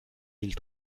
mille